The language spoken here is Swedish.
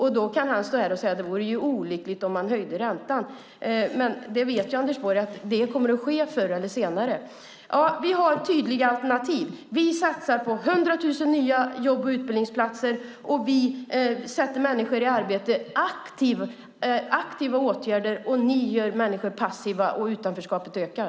Anders Borg står och säger att det vore olyckligt om man höjde räntan trots att han vet att det kommer att ske förr eller senare. Vi har tydliga alternativ. Vi satsar på 100 000 nya jobb och utbildningsplatser. Vi sätter människor i arbete. Vi vidtar aktiva åtgärder medan ni gör människor passiva. Och utanförskapet ökar.